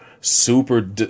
super